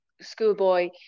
schoolboy